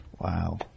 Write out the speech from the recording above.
Wow